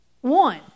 One